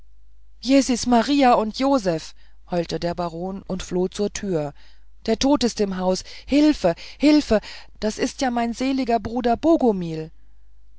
jezis maria und josef heulte der baron und floh zur tür der tod ist im haus hilfe hilfe da ist ja mein seliger bruder